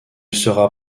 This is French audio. sera